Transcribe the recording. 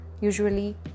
usually